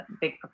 big